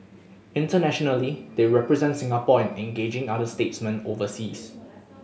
internationally they represent Singapore in engaging other statesmen overseas